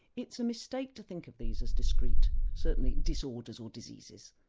it's a mistake to think of these as discreet, certainly disorders or diseases,